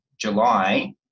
July